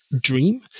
dream